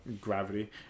gravity